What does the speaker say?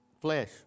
flesh